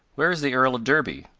where is the earl of derby?